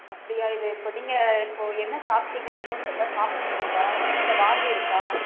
அப்படியா இது இப்போது நீங்கள் இப்போது என்ன சாப்பிட்டிங்க எதுவும் சரிதான் சாப்பிட முடியுதா இல்லை வாந்தி இருக்கா